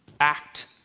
Act